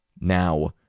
Now